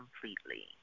completely